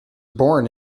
born